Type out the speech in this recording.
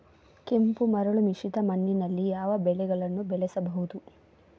ಕೆಂಪು ಮರಳು ಮಿಶ್ರಿತ ಮಣ್ಣಿನಲ್ಲಿ ಯಾವ ಬೆಳೆಗಳನ್ನು ಬೆಳೆಸಬಹುದು?